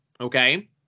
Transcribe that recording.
okay